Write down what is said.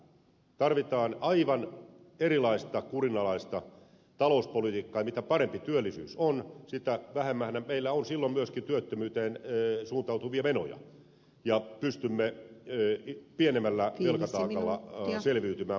tarvitaan aivan erilaista kurinalaista talouspolitiikkaa ja mitä parempi työllisyys on sitä vähemmän meillä on silloin myöskin työttömyyteen suuntautuvia menoja ja pystymme pienemmällä velkataakalla selviytymään